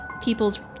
People's